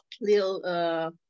little